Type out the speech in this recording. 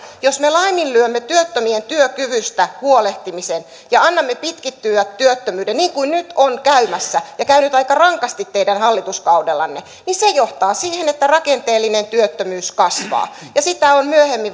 jos me laiminlyömme työttömien työkyvystä huolehtimisen ja annamme työttömyyden pitkittyä niin kuin nyt on käymässä ja käynyt aika rankasti teidän hallituskaudellanne niin se johtaa siihen että rakenteellinen työttömyys kasvaa ja sitä on myöhemmin